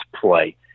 play